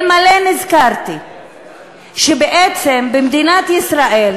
אלמלא נזכרתי שבעצם במדינת ישראל,